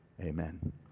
amen